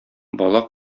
бала